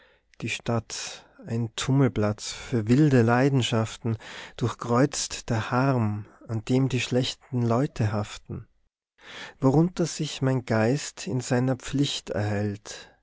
die stadt ein tummelplatz für wilde leidenschaften durchkreuzt der harm an dem die schlechten leute haften worunter sich mein geist in seiner pflicht erhält